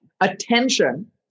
attention